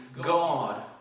God